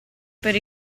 per